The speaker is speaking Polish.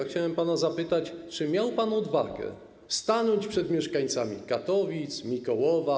Chciałem pana zapytać, czy miał pan odwagę stanąć przed mieszkańcami Katowic, Mikołowa,